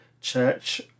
church